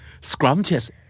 Scrumptious